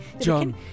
John